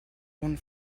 one